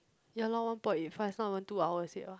ya loh one point eight five it's not even two hours yet [what]